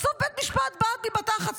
בסוף בית משפט בעט בי בתחת,